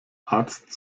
arzt